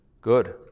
Good